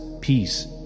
peace